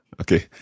Okay